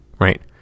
right